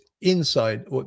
inside